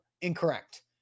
incorrect